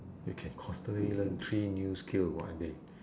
you can constantly learn three new skill what are they